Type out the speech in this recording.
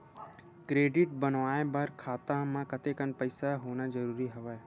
Credit बनवाय बर खाता म कतेकन पईसा होना जरूरी हवय?